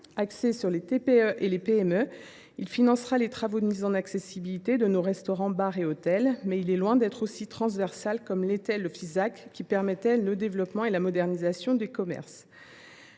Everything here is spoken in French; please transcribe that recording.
Axé sur les TPE PME, il financera des travaux de mise en accessibilité de nos restaurants, bars ou hôtels, mais il est loin d’être transversal, comme l’était le Fisac, qui permettait le développement et la modernisation des commerces.